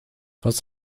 was